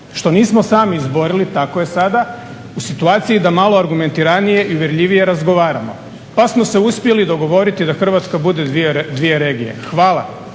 što nismo sami izborili tako je sada u situaciji da malo argumentiranije i uvjerljivije razgovaramo pa smo se uspjeli dogovoriti da Hrvatska bude dvije regije. Hvala,